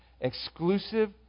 exclusive